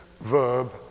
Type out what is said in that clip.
verb